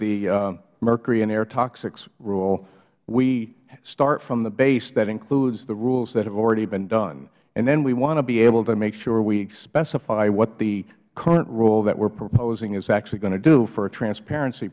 toxics rule we start from the base that includes the rules that have already been done and then we want to be able to make sure we specify what the current rule that we are proposing is actually going to do for transparency